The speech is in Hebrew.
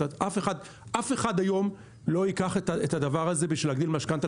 אף אחד היום לא ייקח את הדבר הזה בשביל להגדיל משכנתה,